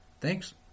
Thanks